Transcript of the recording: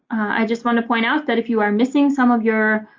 i just want to point out that if you are missing some of your